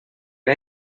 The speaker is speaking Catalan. era